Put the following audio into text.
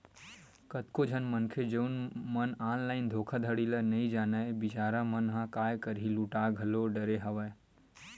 कतको झन मनखे जउन मन ऑनलाइन धोखाघड़ी ल नइ जानय बिचारा मन ह काय करही लूटा घलो डरे हवय